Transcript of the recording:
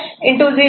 1 B